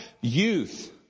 youth